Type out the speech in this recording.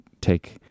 take